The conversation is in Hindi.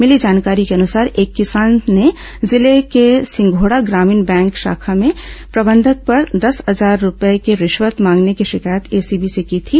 मिली जानकारी के अनुसार एक किसान ने जिले के सिंघोड़ा ग्रामीण बैंक शाखा के प्रबंधक पर दस हजार रूपये की रिश्वत मांगने की शिकायत एसीबी से की थी